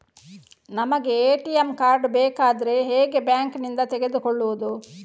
ನಮಗೆ ATM card ಬೇಕಾದ್ರೆ ಹೇಗೆ ಬ್ಯಾಂಕ್ ನಿಂದ ತೆಗೆದುಕೊಳ್ಳುವುದು?